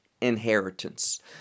inheritance